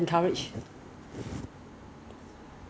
全部一个 building mah so building 有一个人中 right